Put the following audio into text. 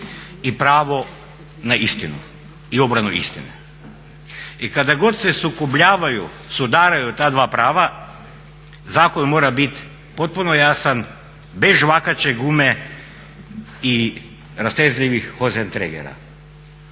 i pravo na istinu i obranu istine. I kada god se sukobljavaju, sudaraju ta dva prava zakon mora bit potpuno jasan, bez žvakaće gume i rastezljivih hozentregera.